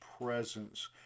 presence